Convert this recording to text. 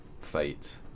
fate